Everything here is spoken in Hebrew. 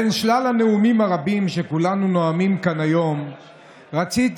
בין שלל הנאומים הרבים שכולנו נואמים כאן היום רציתי